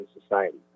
society